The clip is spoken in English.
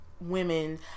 women